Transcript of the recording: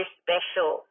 special